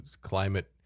climate